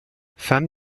femme